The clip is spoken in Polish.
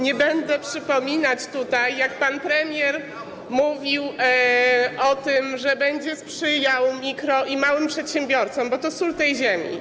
Nie będę przypominać tutaj, jak pan premier mówił o tym, że będzie sprzyjał mikro- i małym przedsiębiorcom, bo to sól tej ziemi.